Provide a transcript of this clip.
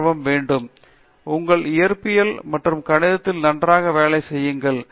பேராசிரியர் தீபா வெங்கைத் உங்கள் இயற்பியல் மற்றும் கணிதத்தில் நன்றாக வேலை செய்யுங்கள்